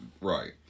right